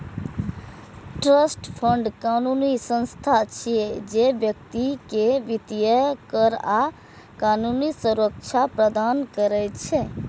trust fund कानूनी संस्था छियै, जे व्यक्ति कें वित्तीय, कर आ कानूनी सुरक्षा प्रदान करै छै